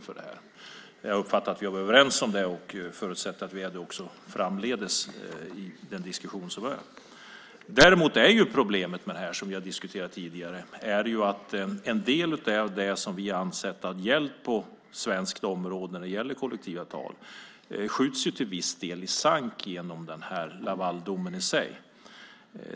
Jag har uppfattat att vi är överens om det och förutsätter att vi är det även framdeles. Däremot är problemet, som vi har diskuterat tidigare, att en del av det som vi har ansett gälla på svenskt område när det gäller kollektivavtal i viss mån skjuts i sank genom den här Lavaldomen.